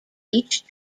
each